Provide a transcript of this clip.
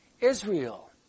Israel